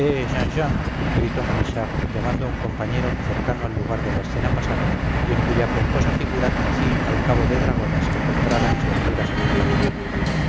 molichard llamando a un compañero que cercano al lugar de la escena pasaba y en cuya pomposa figura conocí al cabo de dragones que comprara mis verduras en el camino